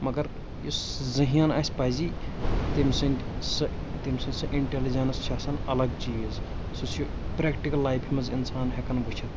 مگر یُس ذٔہیٖن آسہِ پَزی تٔمۍ سٕنٛدۍ سُہ تٔمۍ سٕنٛدۍ سۄ اِنٹیلِجنٕس چھِ آسان الگ چیٖز سُہ چھُ پرٛٮ۪کٹِکَل لایفہِ منٛز اِنسان ہٮ۪کان وٕچھِتھ